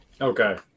Okay